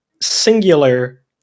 Singular